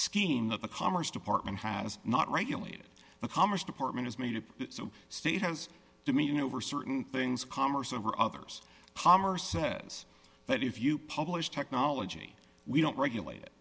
scheme that the commerce department has not regulated the commerce department has made it so state has dominion over certain things commerce over others palmer says that if you publish technology we don't regulate it